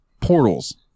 portals